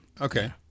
okay